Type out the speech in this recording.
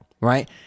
right